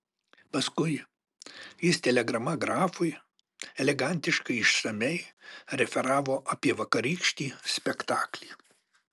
paskui jis telegrama grafui elegantiškai išsamiai referavo apie vakarykštį spektaklį